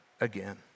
again